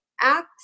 acts